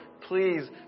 please